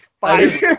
five